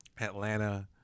Atlanta